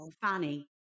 Fanny